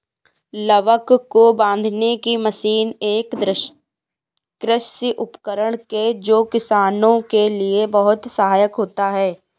लावक को बांधने की मशीन एक कृषि उपकरण है जो किसानों के लिए बहुत सहायक होता है